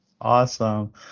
awesome